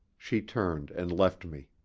she turned and left me.